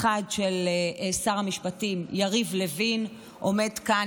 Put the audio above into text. האחד של שר המשפטים יריב לוין עומד כאן